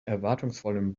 erwartungsvollen